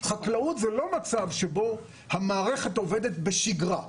חקלאות זה לא מצב שבו המערכת עובדת בשגרה.